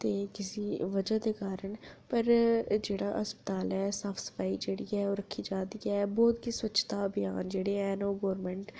कुसै बजह दे कारण पर जेह्ड़ा अस्पताल ऐ साफ सफाई जेह्ड़ी ऐ ओह् रक्खी जा करदी ऐ बहुत स्वच्छता अभियान हैन ओह् गवर्नमैंट